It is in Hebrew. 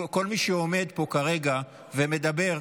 כל מי שעומד פה כרגע ומדבר,